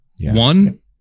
One